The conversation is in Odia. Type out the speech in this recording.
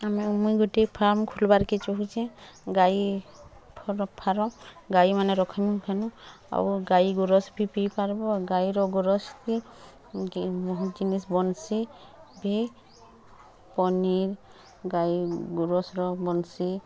ଆମେ ମୁଇଁ ଗୋଟେ ଫାର୍ମ ଖୋଲ୍ବାର୍କେ ଚାହୁଁଚି ଗାଈ ରଖବାର ଗାଇମାନେ ରଖିବୁଁ ଖେନୁ ଆଉ ଗାଈ ଗୋରସ୍ ବି ପିଇ ପାର୍ବୋ ଗାଈର ଗୋରସ୍ ବି ଜିନିଷ୍ ଜିନିଷ୍ ବନ୍ସି ଭି ପନିର୍ ଗାଇ ଗୋରସ୍ର ବନ୍ସୀ